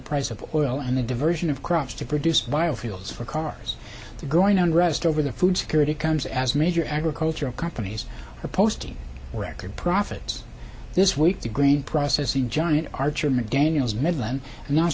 price of oil and the diversion of crops to produce biofuels for cars going on rest over the food security comes as major agricultural companies are posting record profits this week to grain processing giant archer mcdaniels midland